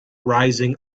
rising